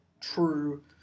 true